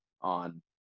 on